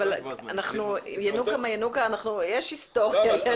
יש היסטוריה.